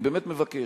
אני באמת מבקש: